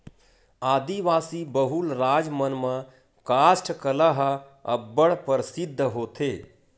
आदिवासी बहुल राज मन म कास्ठ कला ह अब्बड़ परसिद्ध होथे